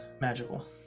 magical